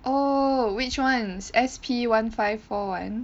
oh which ones S_P one five four one